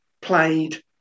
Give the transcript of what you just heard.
played